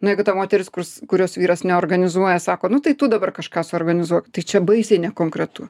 na jeigu ta moteris kurs kurios vyras neorganizuoja sako nu tai tu dabar kažką suorganizuok tai čia baisiai nekonkretu